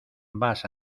vas